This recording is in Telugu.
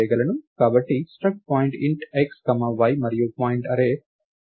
కాబట్టి struct point int x comma y మరియు పాయింట్ అర్రే 10